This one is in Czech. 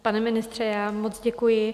Pane ministře, já moc děkuji.